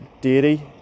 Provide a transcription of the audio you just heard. deity